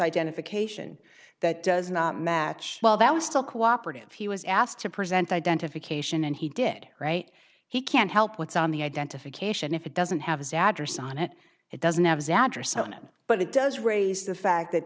identification that does not match well that was still cooperative he was asked to present identification and he did write he can't help what's on the identification if it doesn't have his address on it it doesn't have a sadder son but it does raise the fact that